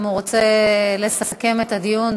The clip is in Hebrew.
אם הוא רוצה לסכם את הדיון,